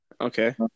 Okay